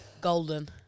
Golden